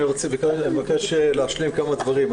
אני מבקש להשלים כמה דברים.